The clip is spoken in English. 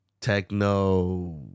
techno